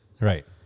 Right